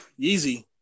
Yeezy